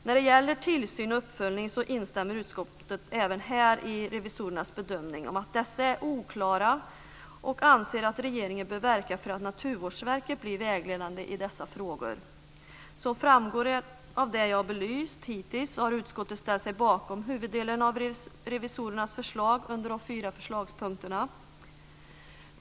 När det gäller tillsyn och uppföljning instämmer utskottet även här i revisorernas bedömning om att detta är oklart och anser att regeringen bör verka för att Naturvårdsverket blir vägledande i dessa frågor. Som framgår av det jag har belyst hittills har utskottet ställt sig bakom huvuddelen av revisorernas förslag under de fyra förslagspunkterna.